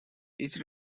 each